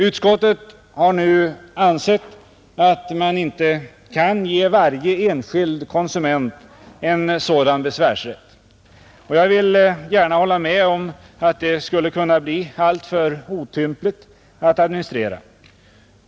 Utskottet har ansett att man inte kan ge varje enskild konsument en sådan besvärsrätt, och jag vill gärna hålla med om att administrationen skulle kunna bli alltför otymplig.